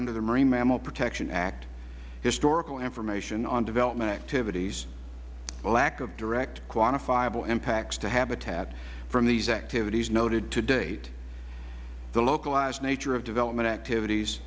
under the marine mammal protection act historical information on development activities lack of direct quantifiable impacts to habitat from these activities noted to date the localized nature of the development activities